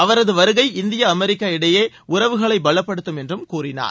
அவரது வருகை India America இடையே உறவுகளை பலப்படுத்தும் என்றும் கூறினார்